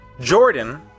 Jordan